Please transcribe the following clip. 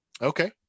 Okay